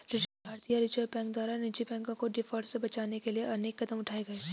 भारतीय reserve bank द्वारा निजी बैंकों को डिफॉल्ट से बचाने के लिए अनेक कदम उठाए गए